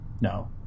no